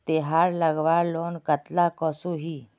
तेहार लगवार लोन कतला कसोही?